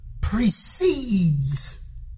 precedes